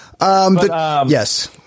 Yes